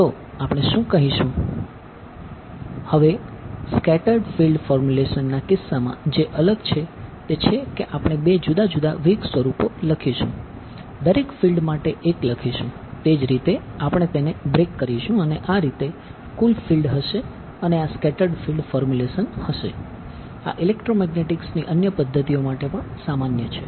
તો આપણે શું કરીશું હવે સ્કેટર્ડ ની અન્ય પદ્ધતિઓ માટે પણ સામાન્ય છે